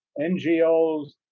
NGOs